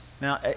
Now